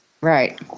Right